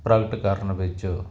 ਪ੍ਰਗਟ ਕਰਨ ਵਿੱਚ